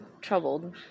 troubled